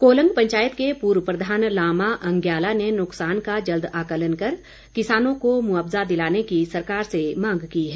कोलंग पंचायत के पूर्व प्रधान लामा अंज्ञाला ने नुकसान का जल्द आकंलन कर किसानों को मुआवज़ा दिलाने की सरकार से मांग की है